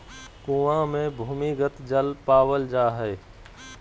कुआँ मे भूमिगत जल पावल जा हय